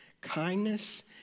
kindness